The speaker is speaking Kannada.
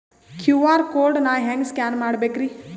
ಕ್ಯೂ.ಆರ್ ಕೋಡ್ ನಾ ಹೆಂಗ ಸ್ಕ್ಯಾನ್ ಮಾಡಬೇಕ್ರಿ?